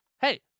hey